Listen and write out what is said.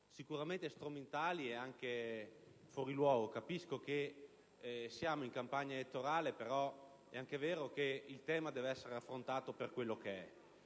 sicuramente strumentali e anche fuori luogo. Capisco che siamo in campagna elettorale, però è anche vero che il tema dev'essere affrontato per quello che è.